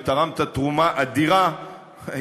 תרמת תרומה אדירה להעברת החוק,